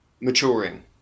maturing